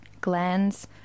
glands